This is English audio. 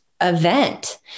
event